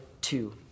two